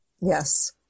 yes